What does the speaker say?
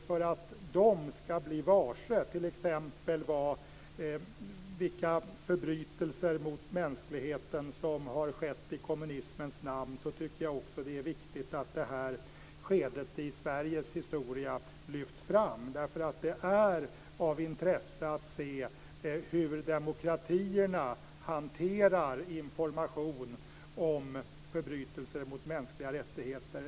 För att de ska bli varse t.ex. vilka förbrytelser mot mänskligheten som har skett i kommunismens namn är det viktigt att detta skede i Sveriges historia lyfts fram. Det är av intresse att se hur demokratierna hanterar information om förbrytelser mot mänskliga rättigheter.